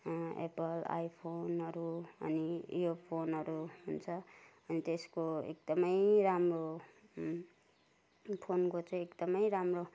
Apple आइफोनहरू अनि यो फोनहरू हुन्छ अनि त्यसको एकदमै राम्रो फोनको चाहिँ एकदमै राम्रो